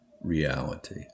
reality